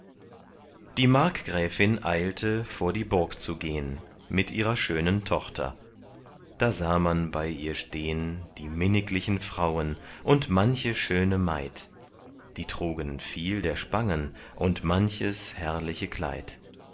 die markgräfin eilte vor die burg zu gehn mit ihrer schönen tochter da sah man bei ihr stehn die minniglichen frauen und manche schöne maid die trugen viel der spangen und manches herrliche kleid